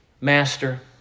Master